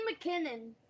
McKinnon